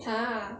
!huh!